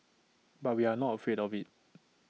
but we are not afraid of IT